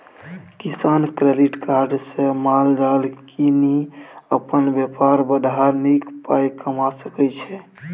किसान credit card सँ माल जाल कीनि अपन बेपार बढ़ा नीक पाइ कमा सकै छै